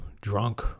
drunk